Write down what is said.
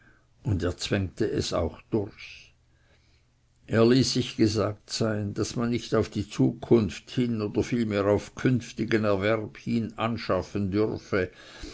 und er zwängte es auch durch er ließ es sich gesagt sein daß man nicht auf die zukunft hin oder vielmehr auf künftigen erwerb hin anschaffen dürfe